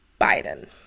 Biden